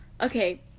okay